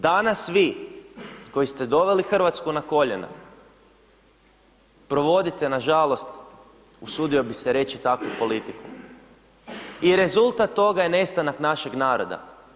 Danas vi koji ste doveli Hrvatsku na koljena, provodite nažalost, usudio bih se reći, takvu politiku i rezultat toga je nestanak našeg naroda.